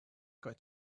going